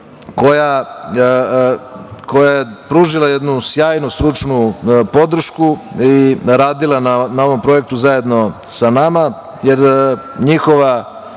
koja je pružila jednu sjajnu stručnu podršku i radila na ovom projektu zajedno sa nama, jer njihova